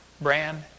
Brand